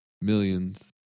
millions